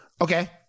Okay